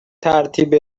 ترتیب